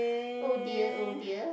oh dear oh dear